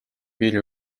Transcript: piiri